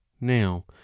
now